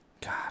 God